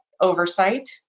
oversight